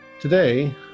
Today